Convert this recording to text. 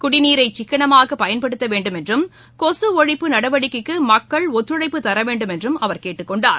குடிநீரை சிக்கனமாக பயன்படுத்த வேண்டும் என்றும் கொசு ஒழிப்பு நடவடிக்கைக்கு மக்கள் ஒத்துழைப்பு தர வேண்டும் என்றும் அவர் கேட்டுக்கொண்டார்